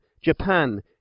Japan